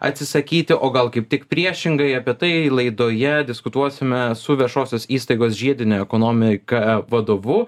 atsisakyti o gal kaip tik priešingai apie tai laidoje diskutuosime su viešosios įstaigos žiedinė ekonomika vadovu